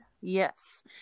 Yes